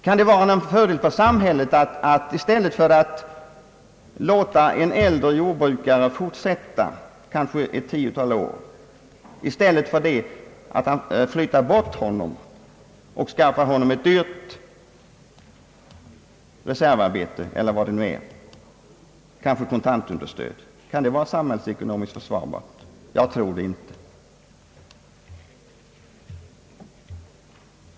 Kan det vara någon fördel för samhället att flytta bort en äldre jordbrukare och skaffa honom eit dyrt reservarbete eller kanske ge honom kontantunderstöd i stället för att låta honom fortsätta kanske ett tiotal år ytterligare i sin gamla näring? Kan det vara samhällsekonomiskt försvarbart? Jag tror det inte.